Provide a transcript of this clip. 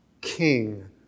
king